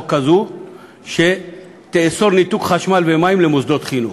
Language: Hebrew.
כזו שתאסור ניתוק חשמל ומים למוסדות חינוך.